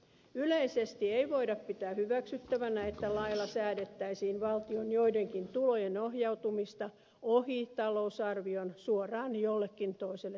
yleisesti ei voida pitää hyväksyttävänä että lailla säädettäisiin valtion joidenkin tulojen ohjautumista ohi talousarvion suoraan jollekin toiselle taholle